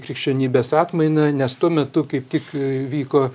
krikščionybės atmainą nes tuo metu kaip tik vyko